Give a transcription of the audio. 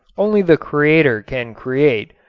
only the creator can create.